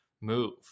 move